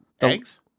eggs